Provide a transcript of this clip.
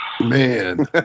Man